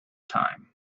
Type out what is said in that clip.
time